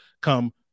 come